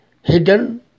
hidden